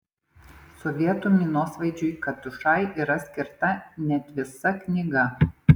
sovietų minosvaidžiui katiušai yra skirta net visa knyga